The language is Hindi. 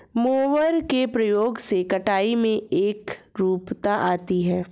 मोवर के प्रयोग से कटाई में एकरूपता आती है